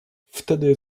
wtedy